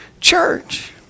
church